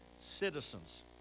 citizens